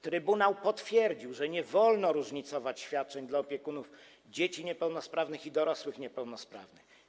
Trybunał potwierdził, że nie wolno różnicować świadczeń dla opiekunów dzieci niepełnosprawnych i dorosłych niepełnosprawnych.